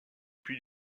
puy